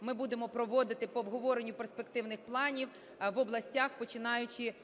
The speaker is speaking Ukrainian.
ми будемо проводити по обговоренню перспективних планів в областях, починаючи